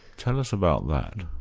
tell us about that.